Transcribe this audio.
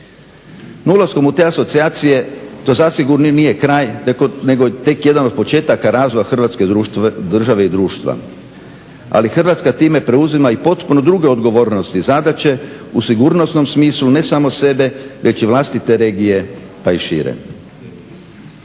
ulaskom u te asocijacije to zasigurno nije kraj nego tek jedan od početaka razvoja Hrvatske države i društva, ali Hrvatska time preuzima i potpuno druge odgovornosti i zadaće u sigurnosnom smislu ne samo sebe već i vlastite regije pa i šire.